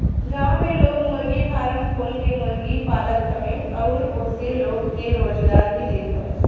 गांव में लोग मुर्गी फारम खोल के मुर्गी पालत हवे अउरी ओसे लोग के रोजगार भी देत हवे